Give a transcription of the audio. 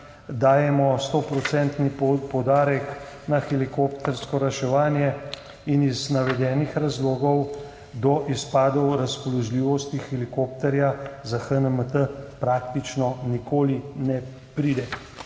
stoprocentni poudarek na helikoptersko reševanje. Iz navedenih razlogov do izpadov razpoložljivosti helikopterja za HNMP praktično nikoli ne pride.